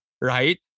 right